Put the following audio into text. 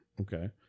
Okay